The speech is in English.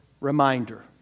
reminder